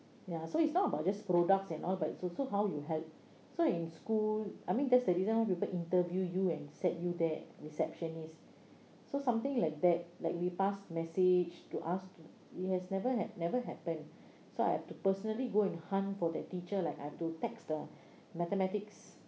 ya so it's not about just products and all but it's also how you help so in school I mean that's the reason people interview you and set you there receptionist so something like that like we pass message to us it has never hap~ never happened so I had to personally go and hunt for their teacher like I have to text the mathematics